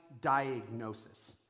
diagnosis